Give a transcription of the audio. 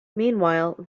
meanwhile